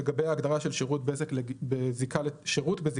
לגבי ההגדרה של שירות בזק בזיקה לתשתית,